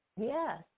Yes